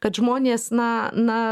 kad žmonės na na